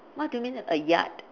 what do you mean a yard